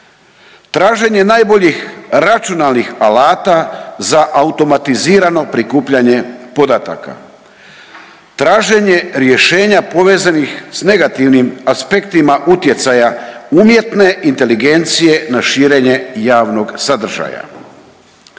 traženje najboljih računalnih alata za automatizirano prikupljanje podataka, traženje rješenja povezanih s negativnim aspektima utjecaja umjetne inteligencije na širenje javnog sadržaja.